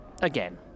Again